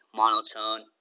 monotone